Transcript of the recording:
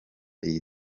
iyi